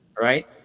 right